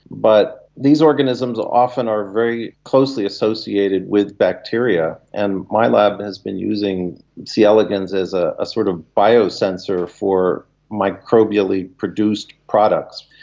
but these organisms often are very closely associated with bacteria, and my lab has been using c elegans as a ah sort of biosensor for microbially produced products.